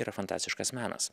yra fantastiškas menas